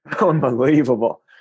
Unbelievable